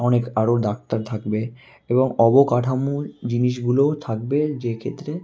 অনেক আরও ডাক্তার থাকবে এবং অবকাঠামো জিনিসগুলোও থাকবে যেই ক্ষেত্রে